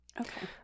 Okay